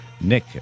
nick